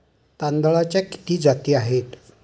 तांदळाच्या किती जाती आहेत?